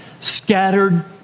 Scattered